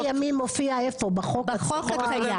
100 ימים מופיע איפה בחוק הקיים?